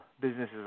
businesses